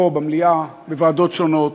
פה במליאה, בוועדות שונות.